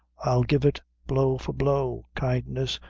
i'll give it blow for blow kindness,